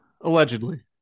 Allegedly